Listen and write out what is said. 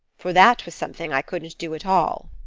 for that was something i couldn't do at all.